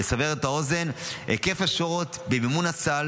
לסבר את האוזן: היקף השורות במימון הסל